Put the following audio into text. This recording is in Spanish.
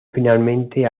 finalmente